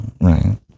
right